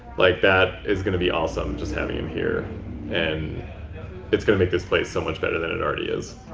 like that is going to be awesome, just having him here and it's going to make this place so much better than it already is.